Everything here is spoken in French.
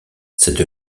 cette